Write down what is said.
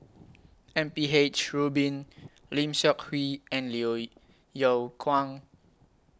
M P H Rubin Lim Seok Hui and Yeow Kwang